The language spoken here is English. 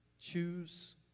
Choose